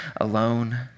alone